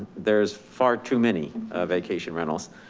there's far too many vacation rentals.